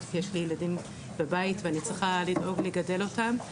כי יש לי ילדים בבית ואני צריכה לדאוג לגדל אותם.